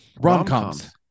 rom-coms